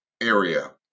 area